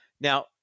Now